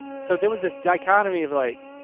so there was this dichotomy of like,